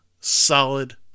solid